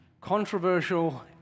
Controversial